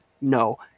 No